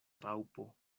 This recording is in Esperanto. raŭpo